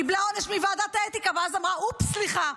קיבלה עונש מוועדת האתיקה ואז אמרה: אופס, סליחה.